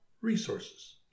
resources